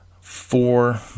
four